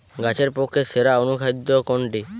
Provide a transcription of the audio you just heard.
গাছের পক্ষে সেরা অনুখাদ্য কোনটি?